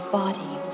body